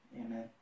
amen